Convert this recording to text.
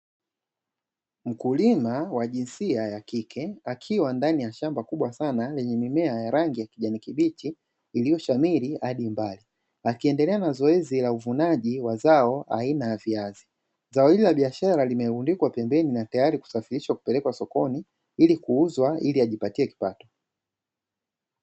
Mkulima wa jinsia ya kike akiwa ndani ya shamba kubwa sana lenye mimea ya rangi ya kijani kibichi iliyoshamiri hadi mbali, akiendelea na zoezi la uvunaji wa zao aina ya viazi, zao hili la biashara limerundikwa pembeni na tayari kusafirishwa kupelekwa sokoni, ili kuuzwa ili ajipatie kipato.